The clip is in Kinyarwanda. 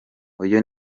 uyu